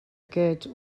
aquests